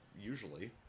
usually